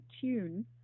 tune